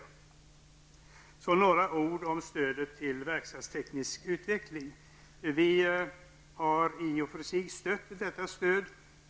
Jag vill sedan säga några ord om stödet till verkstadsteknisk utveckling. Vi har i och för sig stött detta stöd.